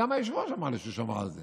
גם היושב-ראש אמר לי שהוא שמע על זה.